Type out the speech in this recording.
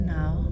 now